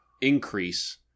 increase